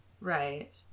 Right